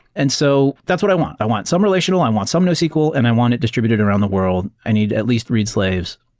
and so that's what i want. i want some relational. i want some nosql and i want it distributed around the world. i need at least three slaves.